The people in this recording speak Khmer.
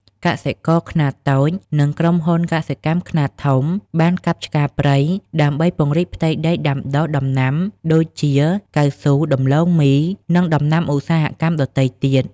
កសិករខ្នាតតូច និងក្រុមហ៊ុនកសិកម្មខ្នាតធំបានកាប់ឆ្ការព្រៃដើម្បីពង្រីកផ្ទៃដីដាំដុះដំណាំដូចជា កៅស៊ូ ដំឡូងមី និងដំណាំឧស្សាហកម្មដទៃទៀត។